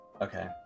okay